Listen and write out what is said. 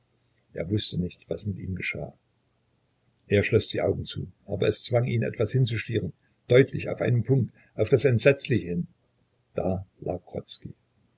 er wußte nicht was mit ihm geschah er schloß die augen zu aber es zwang ihn etwas hinzustieren deutlich auf einen punkt auf das entsetzliche hin da lag